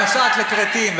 את נוסעת לכרתים,